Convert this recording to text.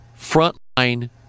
frontline